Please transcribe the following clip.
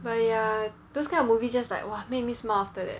but ya those kind of movie just like !wah! makes me smile after that